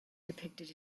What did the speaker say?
depicted